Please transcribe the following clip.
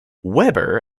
weber